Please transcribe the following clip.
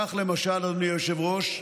כך, למשל, אדוני היושב-ראש,